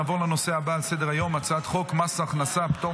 נעבור לנושא הבא על סדר-היום: הצעת חוק מס הכנסה (פטור